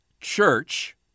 church